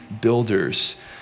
builders